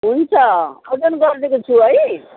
हुन्छ ओजन गरिदिएको छु है